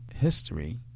history